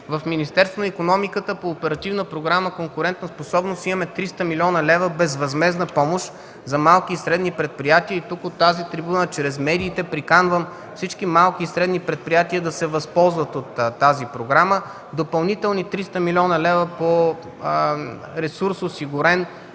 В Министерство на икономиката по Оперативна програма „Конкурентоспособност” имаме 300 млн. лв. безвъзмездна помощ за малки и средни предприятия. Тук, от тази трибуна чрез медиите приканвам всички малки и средни предприятия да се възползват от тази програма. Има осигурени допълнителен ресурс